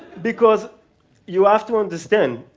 because you have to understand,